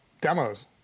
demos